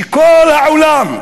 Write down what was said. שכל העולם,